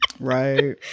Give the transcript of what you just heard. right